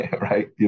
right